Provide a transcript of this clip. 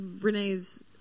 Renee's